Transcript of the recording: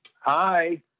Hi